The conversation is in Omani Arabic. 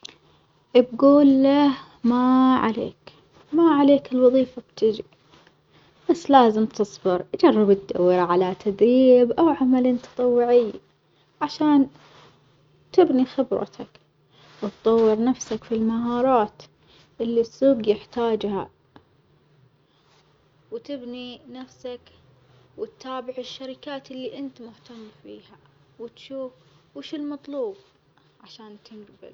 بجول له ما عليك ما عليك الوظيفة بتيجي، بس لازم تصبر جرب تدور على تدريب أو عمل تطوعي عشان تبني خبرتك وتطور نفسك في المهارات اللي السوج يحتاجها وتبني نفسك وتتابع الشركات اللي إنت مهتم فيها، وتشوف ويش المطلوب عشان تنجبل.